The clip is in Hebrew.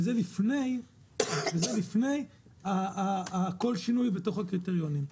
וזה לפני כל שינוי בתוך הקריטריונים.